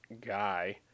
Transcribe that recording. guy